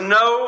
no